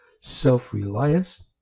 Self-reliance